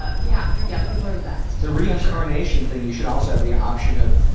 ah yeah. yeah. people are the best. the reincarnation thing, you should also have the option of,